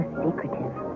secretive